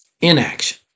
Inaction